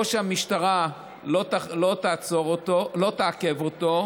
או שהמשטרה לא תעצור אותו, לא תעכב אותו,